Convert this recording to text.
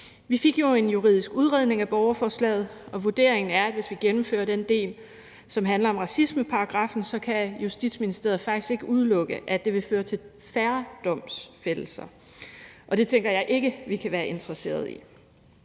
Vi fik jo en juridisk udredning af borgerforslaget, og vurderingen er, at hvis vi gennemfører den del, som handler om racismeparagraffen, kan Justitsministeriet faktisk ikke udelukke, at det vil føre til færre domfældelser. Og det tænker jeg ikke vi kan være interesseret i,